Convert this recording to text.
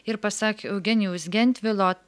ir pasak eugenijaus gentvilo